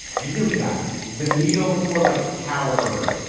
and really, guys, the needle, it's more like a cow herder,